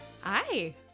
Hi